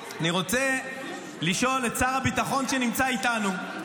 אני רוצה לשאול שר הביטחון שנמצא אתנו.